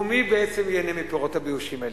ומי בעצם ייהנה מהפירות הבאושים האלה?